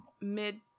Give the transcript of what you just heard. mid